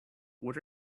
what